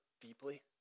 deeply